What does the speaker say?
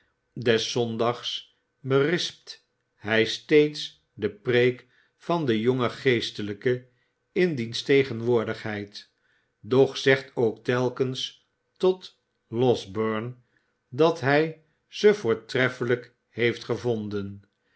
zondags berispt hij steeds de preek van den jongen geestelijke in diens tegenwoordigheid doch zegt ook telkens tot losberne dat hij ze voortreffelijk heeft gevonden